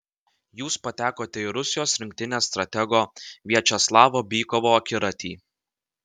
jūs patekote į rusijos rinktinės stratego viačeslavo bykovo akiratį